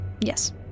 yes